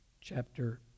chapter